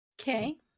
okay